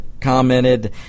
commented